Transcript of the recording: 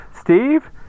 Steve